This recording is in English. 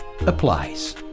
applies